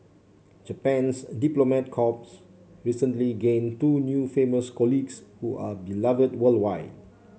Japan's diplomat corps recently gained two new famous colleagues who are beloved worldwide